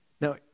Now